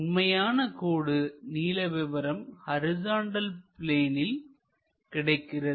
உண்மையான கோடு நீள விவரம் ஹரிசாண்டல் பிளேனில் கிடைக்கிறது